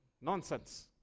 Nonsense